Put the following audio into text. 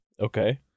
okay